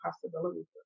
possibility